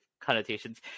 connotations